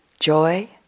Joy